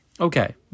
Okay